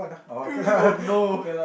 oh no